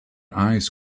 eyes